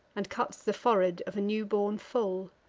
and cuts the forehead of a newborn foal,